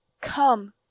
come